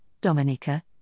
Dominica